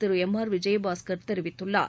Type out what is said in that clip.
திரு M R Vijayabaskar தெரிவித்திருக்கிறார்